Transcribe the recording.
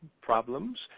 problems